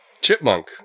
Chipmunk